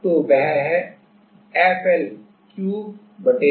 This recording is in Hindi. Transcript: तो वह है FL घन 12YI